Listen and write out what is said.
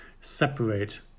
separate